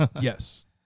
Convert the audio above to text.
Yes